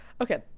Okay